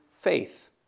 faith